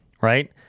Right